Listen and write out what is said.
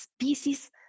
species